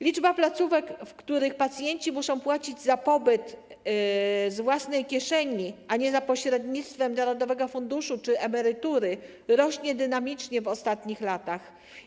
Liczba placówek, w których pacjenci muszą płacić za pobyt z własnej kieszeni, a nie za pośrednictwem Narodowego Funduszu czy emerytury, rośnie dynamicznie w ostatnich latach.